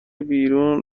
بیرون